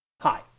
Hi